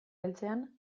heltzean